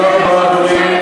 תודה רבה, אדוני.